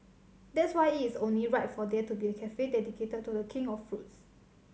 that's why it is only right for there to be a cafe dedicated to The King of fruits